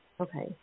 Okay